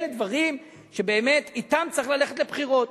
אלה דברים שבאמת אתם צריך ללכת לבחירות.